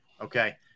okay